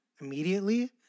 immediately